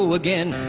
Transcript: again